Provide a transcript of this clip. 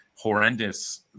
horrendous